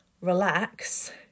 relax